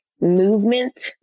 movement